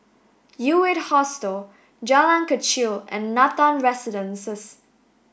U Eight Hostel Jalan Kechil and Nathan Residences